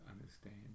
understand